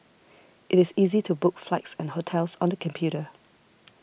it is easy to book flights and hotels on the computer